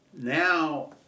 Now